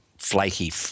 flaky